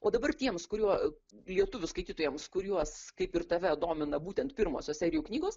o dabar tiems kuriuo lietuvių skaitytojams kuriuos kaip ir tave domina būtent pirmosios serijų knygos